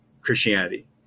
Christianity